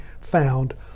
found